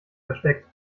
versteckt